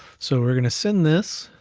so we're gonna send this